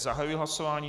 Zahajuji hlasování.